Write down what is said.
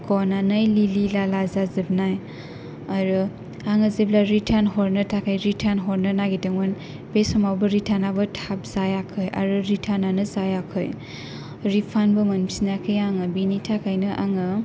गनानै लिलि लिला जाजोबनाय आरो आङो जेब्ला रिर्टान हरनो थाखाय रिर्टान होरनो नागिरदोंमोन बे समावबो रिर्टनाबो थाब जायाखै आरो रिर्टानानो जायाखै रिफान्दबो मोनफिनाखै आङो बेनि थाखायनो आङो